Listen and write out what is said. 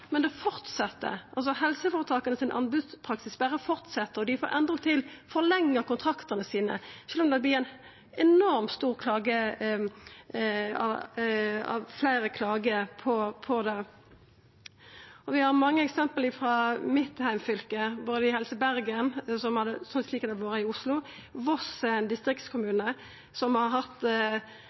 men det fortset – anbodspraksisen til helseføretaka berre fortset, og dei får endatil forlengt kontraktane sine, sjølv om det vert enormt mange fleire klager. Vi har mange eksempel frå mitt heimfylke, Helse Bergen, som har det slik det har vore i Oslo, Voss distriktskommune, som har hatt